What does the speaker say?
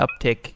uptick